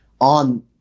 on